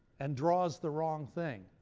and draws the wrong thing?